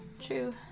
True